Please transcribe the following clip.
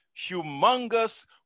humongous